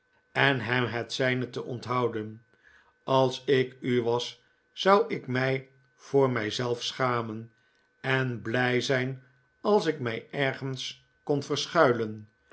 en hem het zijne te onthouden als ik u was zou ik mij voor mij zelf schamen en blij zijn als ik mij ergens kon verschuilen